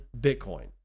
bitcoin